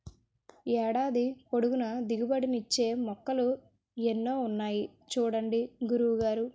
ఏడాది పొడుగునా దిగుబడి నిచ్చే మొక్కలు ఎన్నో ఉన్నాయి చూడండి గురువు గారు